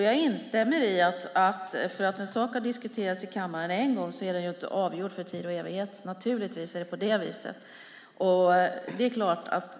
Jag instämmer i att bara för att en sak har diskuterats i kammaren en gång är den naturligtvis inte avgjord för tid och evighet.